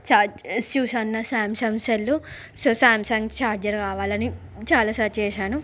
chargers చూశాను నాది Samsung cell so Samsung charger కావలి అని చాలా సర్చ్ చేశాను